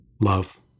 love